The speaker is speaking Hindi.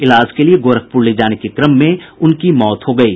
इलाज के लिए गोरखपुर ले जाने के क्रम में उनकी मौत हो गयी